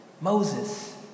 Moses